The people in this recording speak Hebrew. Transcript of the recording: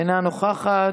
אינה נוכחת,